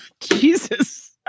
Jesus